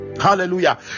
hallelujah